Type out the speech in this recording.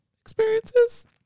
experiences